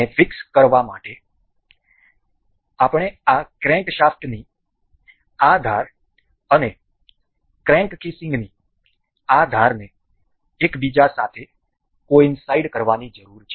આને ફિક્સ કરવા માટે આપણે આ ક્રેન્કશાફ્ટની આ ધાર અને ક્રેન્ક કેસિંગની આ ધારને એકબીજા સાથે કોઈન્સાઈડ કરવાની જરૂર છે